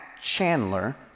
Chandler